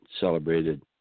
celebrated